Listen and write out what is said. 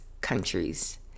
countries